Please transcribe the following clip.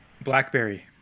blackberry